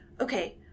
Okay